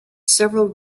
several